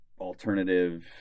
alternative